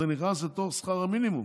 זה נכנס לתוך שכר המינימום.